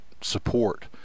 support